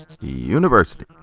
University